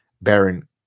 Baron